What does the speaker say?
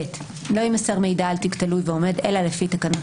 לא יימסר מידע על תיק תלוי ועומד אלא לפי תקנות